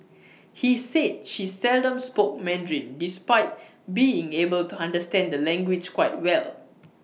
he said she seldom spoke Mandarin despite being able to understand the language quite well